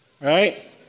Right